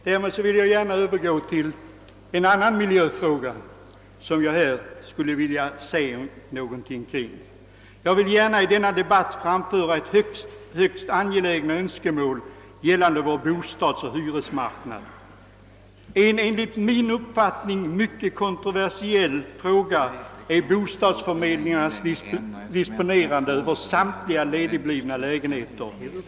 Därmed vill jag övergå till en annan miljöfråga. Jag vill gärna i denna debatt framföra mycket väsentliga önskemål gällande vår bostadsoch hyresmarknad. En enligt min uppfattning — beklagligt nog — mycket kontroversiell fråga är bostadsförmedlingarnas disponerande av samtliga ledigblivna lägenheter.